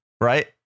right